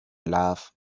love